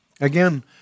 Again